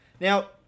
Now